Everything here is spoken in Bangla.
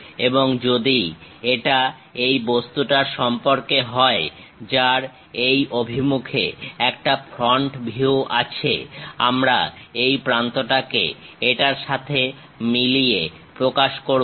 এবং যদি এটা এই বস্তুটার সম্পর্কে হয় যার এই অভিমুখে একটা ফ্রন্ট ভিউ আছে আমরা এই প্রান্তটাকে এটার সাথে মিলিয়ে প্রকাশ করবো